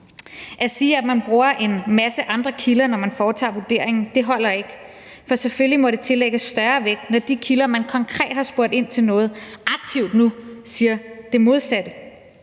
At sige, at man bruger en masse andre kilder, når man foretager vurderingen, holder ikke, for selvfølgelig må det tillægges større vægt, når de kilder, man konkret har spurgt, aktivt nu siger det modsatte.